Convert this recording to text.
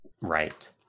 Right